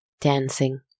dancing